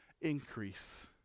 increase